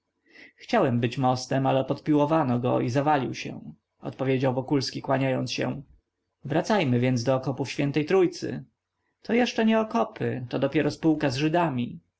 chciałem być mostem ale podpiłowano go i zawalił się odpowiedział wokulski kłaniając się wracajmy więc do okopów świętej trójcy to jeszcze nie okopy to dopiero spółka z żydami